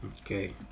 Okay